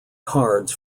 cards